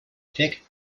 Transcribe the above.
thick